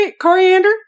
Coriander